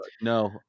no